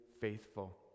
faithful